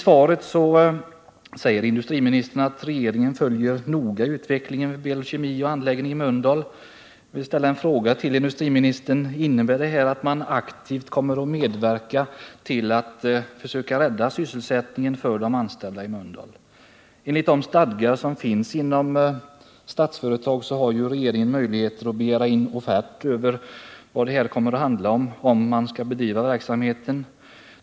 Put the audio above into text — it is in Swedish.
Industriministern säger i svaret att regeringen noga följer utvecklingen vid Berol Kemi och anläggningen i Mölndal. Jag vill fråga industriministern om detta innebär att regeringen aktivt kommer att medverka till att försöka rädda sysselsättningen för de anställda. Enligt de stadgar som gäller för Statsföretag har regeringen möjligheter att begära offert som redogör för vad som kommer att gälla om verksamheten vid SOAB skall fortsätta.